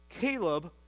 Caleb